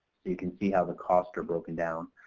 you can see how the costs are broken down.